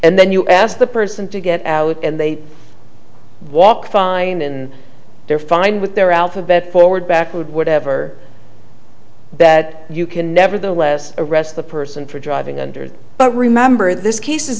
and then you ask the person to get out and they walk fine in there fine with their alphabet forward backward whatever that you can nevertheless arrest the person for driving under but remember this case